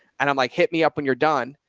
and i'm like, hit me up when you're done.